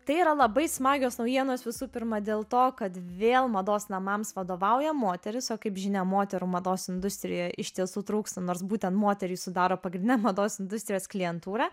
tai yra labai smagios naujienos visų pirma dėl to kad vėl mados namams vadovauja moterys o kaip žinia moterų mados industrijoje iš tiesų trūksta nors būtent moterys sudaro pagrindinę mados industrijos klientūrą